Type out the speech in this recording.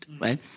right